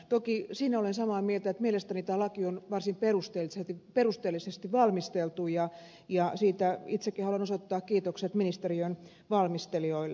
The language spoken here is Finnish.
toki siinä olen samaa mieltä että mielestäni tämä laki on varsin perusteellisesti valmisteltu ja siitä itsekin haluan osoittaa kiitokset ministeriön valmistelijoille